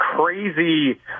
crazy